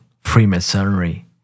Freemasonry